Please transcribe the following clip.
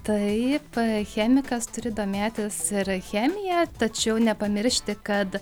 taip chemikas turi domėtis ir chemija tačiau nepamiršti kad